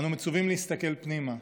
אנו מצווים להסתכל פנימה,